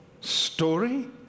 story